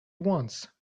once